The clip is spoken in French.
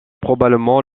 probablement